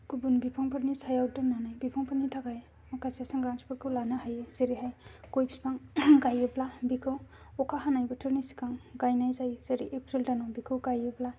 गुबुन बिफांफोरनि सायाव दोननानै बिफांफोरनि थाखाय माखासे सांग्रांथिफोरखौ लानो हायो जेरैहाय गय बिफां गायोब्ला बेखौ अखा हानाय बोथोरनि सिगां गायनाय जायो जेरै एप्रिल दानाव बेखौ गायोब्ला